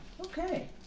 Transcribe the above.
Okay